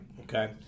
Okay